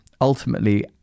ultimately